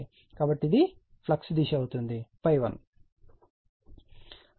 కాబట్టి ఈ వైపు ఫ్లక్స్ దిశ ∅